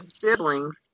siblings